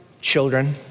children